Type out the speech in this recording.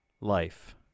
life